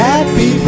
Happy